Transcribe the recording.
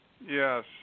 Yes